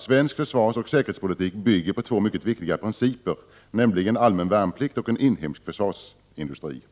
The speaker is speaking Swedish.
Svensk försvarsoch säkerhetspolitik bygger på två mycket viktiga principer, nämligen principen om allmän värnplikt och principen om en inhemsk försvarsindustri.